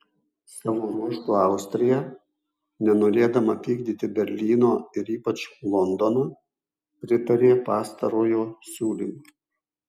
savo ruožtu austrija nenorėdama pykdyti berlyno ir ypač londono pritarė pastarojo siūlymui